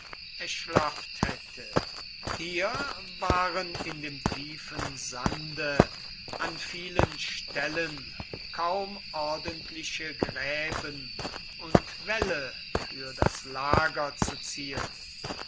erschlafft hätte hier waren in dem tiefen sande an vielen stellen kaum ordentliche gräben und wälle für das lager zu ziehen